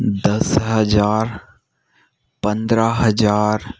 दस हज़ार पन्द्रह हज़ार